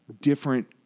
different